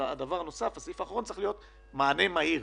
הסעיף האחרון צריך להיות מענה מהיר.